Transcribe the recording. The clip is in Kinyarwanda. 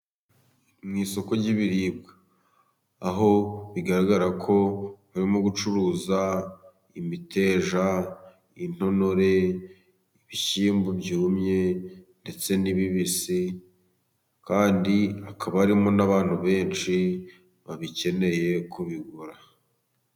Mu isoko ry'ibiribwa， aho bigaragara ko harimo gucuruza imiteja， intonore， ibishyimbo byumye， ndetse n'ibibisi，kandi hakaba harimo n'abantu benshi， babikeneye kubigura.